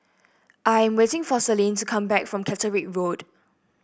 I am waiting for Celine to come back from Caterick Road